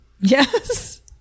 Yes